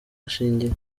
ashingiye